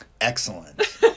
Excellent